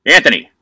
Anthony